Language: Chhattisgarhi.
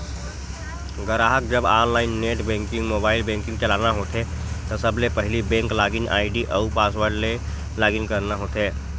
गराहक जब online net banking, mobile banking चलाना होथे त सबले पहिली बेंक लॉगिन आईडी अउ पासवर्ड ले लॉगिन करना होथे